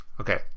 Okay